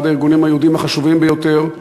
אחד הארגונים היהודים החשובים ביותר,